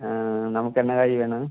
ஆ நமக்கு என்ன காய் வேணும்